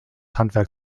handwerk